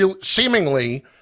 seemingly